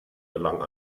gelang